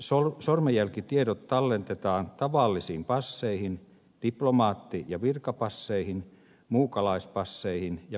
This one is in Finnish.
biometriset sormenjälkitiedot talletetaan tavallisiin pas seihin diplomaatti ja virkapasseihin muukalaispasseihin ja pakolaisen matkustusasiakirjoihin